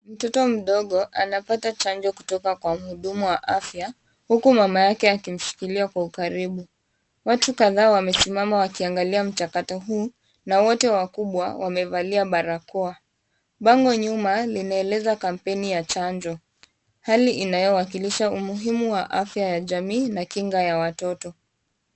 Mtoto mdogo anapata chanjo kutoka kwa mhudumu wa afya huku mama yake akimshikilia kwa ukaribu. Watu kadhaa wamesimama wakiangalia mchakato huu na wote wakubwa wamevalia barakoa. Bango nyuma linaeleza kampeni ya chanjo, hali inayowakilisha umuhimu wa afya ya jamii na kinga ya watoto.